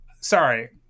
sorry